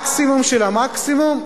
מקסימום של המקסימום,